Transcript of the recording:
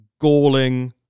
galling